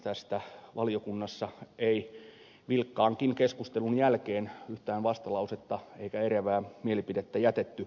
tästä valiokunnassa ei vilkkaankaan keskustelun jälkeen yhtään vastalausetta eikä eriävää mielipidettä jätetty